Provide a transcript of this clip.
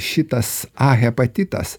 šitas a hepatitas